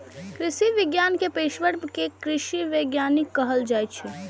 कृषि विज्ञान के पेशवर कें कृषि वैज्ञानिक कहल जाइ छै